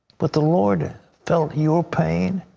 but the lord felt your pain.